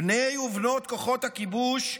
בני ובנות כוחות הכיבוש,